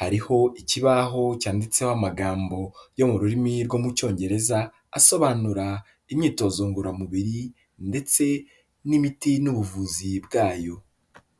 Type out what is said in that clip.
hariho ikibaho cyanditseho amagambo yo mu rurimi rwo mu cyongereza asobanura imyitozo ngororamubiri, ndetse n'imiti n'ubuvuzi bwayo.